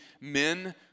men